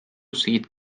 seat